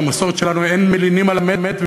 במסורת שלנו אין מלינים את המת,